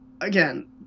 again